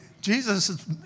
Jesus